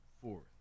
fourth